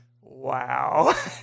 wow